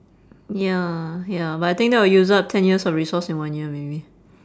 ya ya but I think that would use up ten years of resource in one year maybe